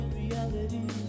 reality